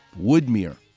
Woodmere